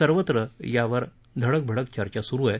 सर्वत्र ह्यावर धडकभडक चर्चा सुरू आहे